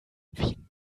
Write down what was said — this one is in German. wien